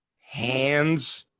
hands